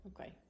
Okay